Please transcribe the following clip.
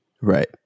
right